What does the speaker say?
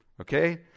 Okay